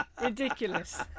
Ridiculous